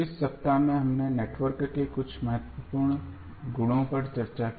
इस सप्ताह में हमने नेटवर्क के कुछ महत्वपूर्ण गुणों पर चर्चा की